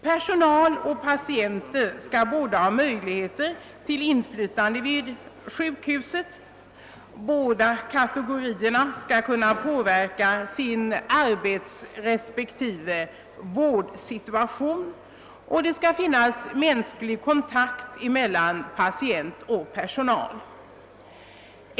Personal och patienter skall ha möjligheter till inflytande vid sjukhuset, båda kategorierna skall kunna påverka sin arbetsrespektive vårdsituation, och det skall finnas mänsklig kontakt mellan patient och personal.